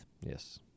Yes